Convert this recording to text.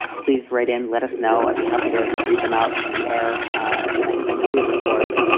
please write and let us know. i'd be happy to read them out on the air the next time that we record.